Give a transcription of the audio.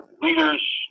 Leaders